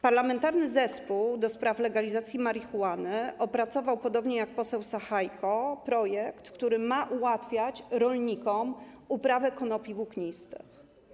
Parlamentarny Zespół ds. Legalizacji Marihuany opracował, podobnie jak poseł Sachajko, projekt, który ma ułatwiać rolnikom uprawę konopi włóknistych.